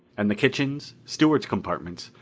and the kitchens, stewards' compartments,